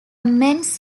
mens